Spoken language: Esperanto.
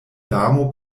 damo